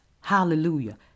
Hallelujah